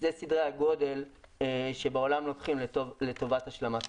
אלה סדרי הגודל שבעולם לוקחים לטובת השלמת פריסה.